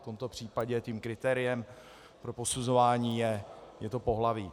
V tomto případě tím kritériem pro posuzování je to pohlaví.